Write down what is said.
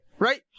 right